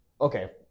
Okay